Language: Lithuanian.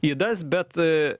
ydas bet